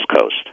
Coast